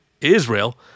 Israel